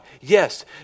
Yes